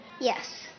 Yes